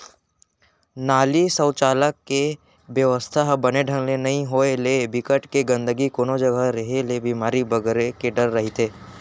नाली, सउचालक के बेवस्था ह बने ढंग ले नइ होय ले, बिकट के गंदगी कोनो जघा रेहे ले बेमारी बगरे के डर रहिथे